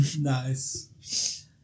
nice